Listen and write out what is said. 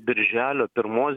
birželio pirmos